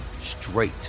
straight